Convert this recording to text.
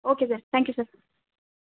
okay sir thank you sir